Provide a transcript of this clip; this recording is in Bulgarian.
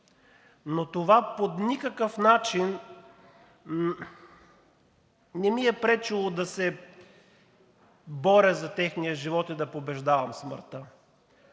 но това по никакъв начин не ми е пречило да се боря за техния живот и да побеждавам смъртта.